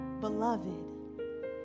beloved